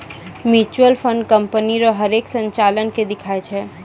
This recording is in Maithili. म्यूचुअल फंड कंपनी रो हरेक संचालन के दिखाय छै